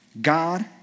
God